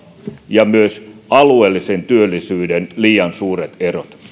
ja myös alueellisen työllisyyden liian suuret erot